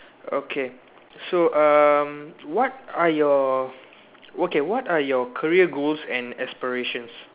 okay so um what are your okay what are your career goals and aspirations